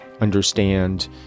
understand